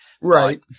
Right